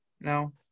No